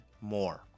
more